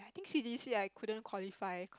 I think C_D_C I couldn't qualify